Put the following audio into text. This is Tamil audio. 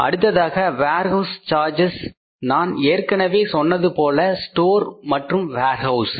அடுத்ததாக வேர்ஹவுஸ் சார்ஜஸ் நான் ஏற்கனவே சொன்னது போல ஸ்டோர் மற்றும் வேர்ஹவுஸ் Store Warehouse